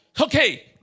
okay